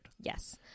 yes